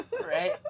Right